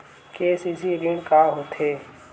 KCC ऋण का होथे?